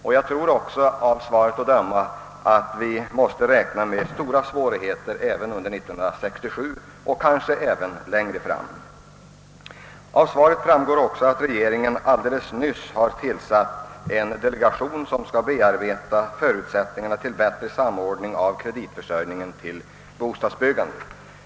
Av svaret får jag den uppfattningen att vi måste räkna med stora svårigheter även under 1967, kanske t.o.m. längre fram. Av svaret framgår vidare att regeringen helt nyligen har tillsatt en delegation som skall bearbeta förutsättningarna för bättre samordning av bostadsbyggandets kreditförsörjning.